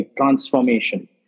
transformation